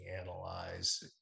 analyze